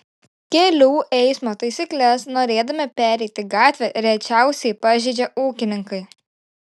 kelių eismo taisykles norėdami pereiti gatvę rečiausiai pažeidžia ūkininkai